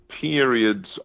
periods